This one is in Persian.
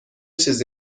چیزی